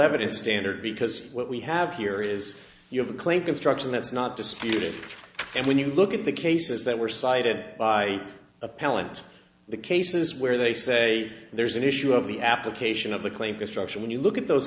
evidence standard because what we have here is you have a claim construction that's not disputed and when you look at the cases that were cited by appellant the cases where they say there's an issue of the application of the claim destruction when you look at those